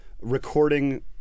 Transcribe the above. recording